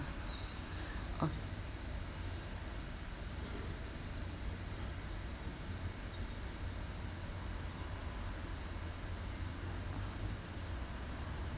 okay